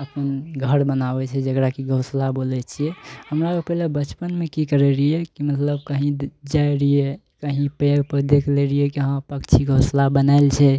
अपन घर बनाबय छै जकरा की घोसला बोलय छियै हमरा आरु पहिले बचपनमे की करय रहियइ की मतलब कहीं जाइ रहियइ कहीं पेड़पर देख लेलियइ की हँ पक्षी घोसला बनायल छै